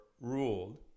ruled